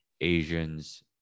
Asians